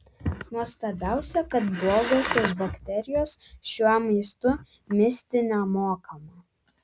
nuostabiausia kad blogosios bakterijos šiuo maistu misti nemoka